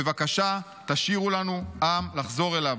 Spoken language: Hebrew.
בבקשה, תשאירו לנו עם לחזור אליו".